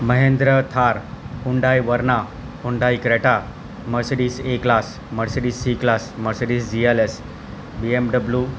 Mahindra Thar Hyundai Verna Hyundai Creta Mercedes A class Mercedes C class Mercedes GLS BMW